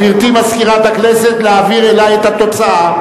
גברתי מזכירת הכנסת, להעביר אלי את התוצאה.